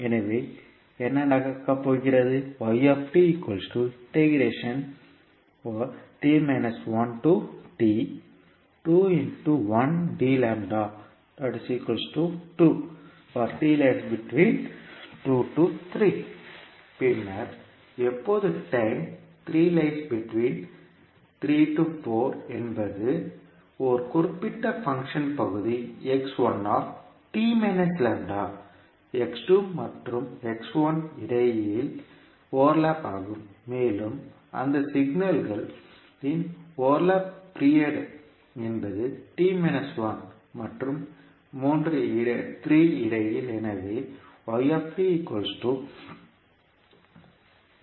எனவே என்ன நடக்கப்போகிறது பின்னர் எப்போது டைம் என்பது ஒரு குறிப்பிட்ட பங்க்ஷன் பகுதி மற்றும் இடையில் ஓவர்லப்பிங் ஆகும் மேலும் அந்த சிக்னல்களின் ஓவர்லப் பீரியட் என்பது மற்றும் இடையில்